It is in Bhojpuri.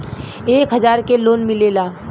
एक हजार के लोन मिलेला?